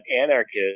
anarchist